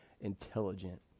intelligent